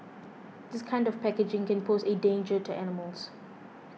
this kind of packaging can pose a danger to animals